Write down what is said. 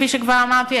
כפי שכבר אמרתי,